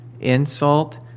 insult